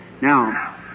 Now